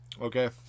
Okay